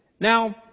Now